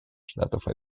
штатов